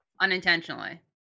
unintentionally